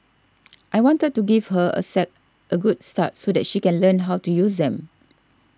I wanted to give her a set a good start so that she can learn how to use them